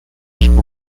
schools